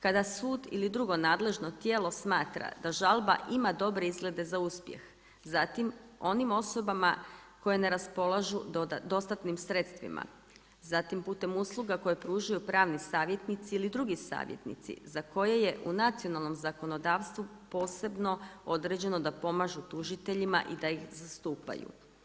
Kada sud ili drugo nadležno tijelo smatra da žalba ima dobre izglede za uspjeh, zatim onim osobama koje ne raspolažu dostatnim sredstvima, zatim putem usluga koje pružaju pravni savjetnici ili drugi savjetnici za koje je u nacionalnom zakonodavstvu posebno određeno da pomažu tužiteljima i da ih zastupaju.